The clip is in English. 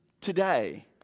today